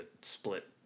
split